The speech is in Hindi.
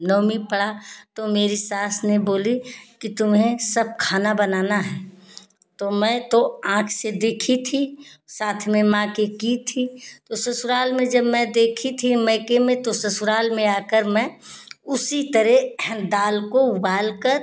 नवमी पड़ा तो मेरी सास ने बोली कि तुम्हें सब खाना बनाना है तो मैं तो आँख से देखी थी साथ में माँ के की थी तो ससुराल में जब मैं देखी थी मयके में तो ससुराल में आकर मैं उसी तरह दाल को उबालकर